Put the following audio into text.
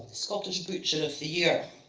scottish butcher of the year.